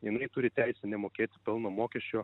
jinai turi teisę nemokėti pelno mokesčio